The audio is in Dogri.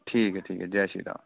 ठीक ऐ ठीक ऐ जै श्री राम